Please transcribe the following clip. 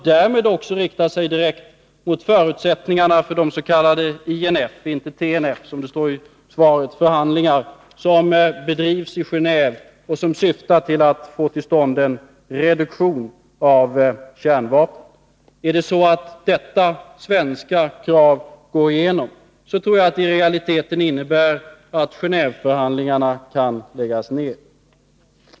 Därmed riktar det sig också direkt mot förutsättningarna för de s.k. INF-förhandlingar — inte TNF som det står i svaret — som bedrivs i Gendve och som syftar till att få till stånd en reduktion av dessa kärnvapen i Europa. Om detta svenska krav går igenom, innebär det i realiteten att Genåeveförhandlingarna kan läggas ner.